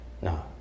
No